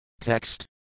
Text